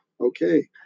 okay